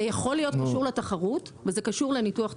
זה יכול להיות קשור לתחרות וזה קשור לניתוח תחרותי.